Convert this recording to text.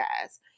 guys